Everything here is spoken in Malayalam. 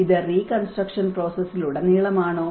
ഇത് റീകൺസ്ട്രക്ക്ഷൻ പ്രോസസ്സിൽ ഉടനീളം ആണോ